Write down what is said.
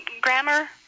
grammar